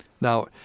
Now